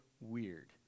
weird